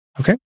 Okay